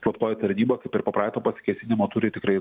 slaptoji tarnyba kaip ir po praeito pasikėsinimo turi tikrai